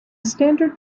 standard